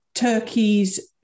turkeys